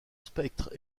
spectre